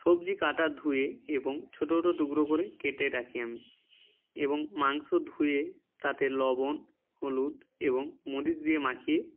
সবজি কাটা ধুয়ে এবং ছোটো ছোটো টুকরো করে কেটে রাখি আমি এবং মাংস ধুয়ে তাতে লবণ হলুদ এবং মরিচ দিয়ে মাখিয়ে